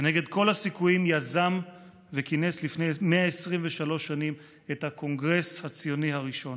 כנגד כל הסיכויים יזם וכינס לפני 123 שנים את הקונגרס הציוני הראשון.